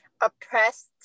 oppressed